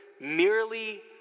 merely